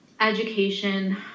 education